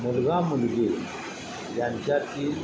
मुलगा मुलगी यांच्यातील